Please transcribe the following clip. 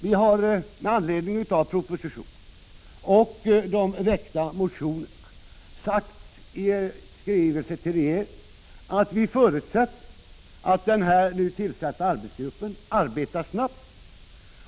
Med anledning av propositionen och de väckta motionerna har utskottet i skrivelse till regeringen framhållit att utskottet förutsätter att den nu tillsatta arbetsgruppen arbetar snabbt.